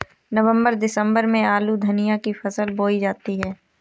नवम्बर दिसम्बर में आलू धनिया की फसल बोई जाती है?